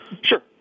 Sure